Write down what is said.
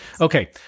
Okay